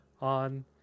on